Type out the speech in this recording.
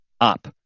up